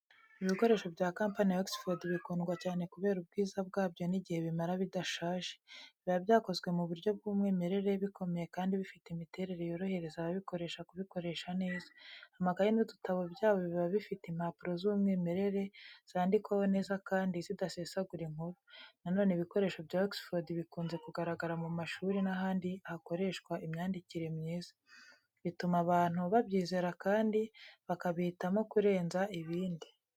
Ibikoresho bya kampani ya Oxford bikundwa cyane kubera ubwiza bwabyo n’igihe bimara bidashaje. Biba byakozwe mu buryo bw’umwimerere, bikomeye kandi bifite imiterere yorohereza ababikoresha kubikoresha neza. Amakayi n’udutabo byabo biba bifite impapuro z’umwimerere, zandikwaho neza kandi zidasesagura inkuru. Na none, ibikoresho bya Oxford bikunze kugaragara mu mashuri n’ahandi hakoreshwa imyandikire myiza, bituma abantu babyizera kandi bakabihitamo kurenza ibindi.